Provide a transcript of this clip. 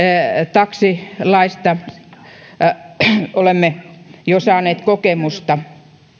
taksilaista olemme jo saaneet kokemusta